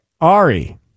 Ari